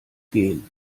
gehen